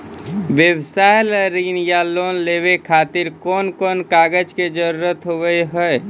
व्यवसाय ला ऋण या लोन लेवे खातिर कौन कौन कागज के जरूरत हाव हाय?